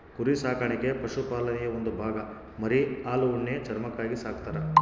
ಕುರಿ ಸಾಕಾಣಿಕೆ ಪಶುಪಾಲನೆಯ ಒಂದು ಭಾಗ ಮರಿ ಹಾಲು ಉಣ್ಣೆ ಚರ್ಮಕ್ಕಾಗಿ ಸಾಕ್ತರ